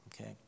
Okay